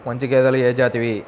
మంచి గేదెలు ఏ జాతివి?